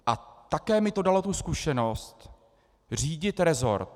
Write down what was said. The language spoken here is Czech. A také mi to dalo tu zkušenost řídit rezort.